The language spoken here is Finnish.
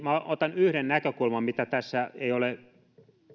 otan yhden näkökulman mitä tässä ei ole